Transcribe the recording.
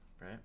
right